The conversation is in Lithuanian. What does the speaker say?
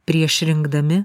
prieš rinkdami